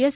S